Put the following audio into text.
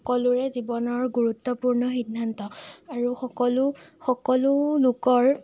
সকলোৰে জীৱনৰ গুৰুত্বপূৰ্ণ সিদ্ধান্ত আৰু সকলো সকলো লোকৰ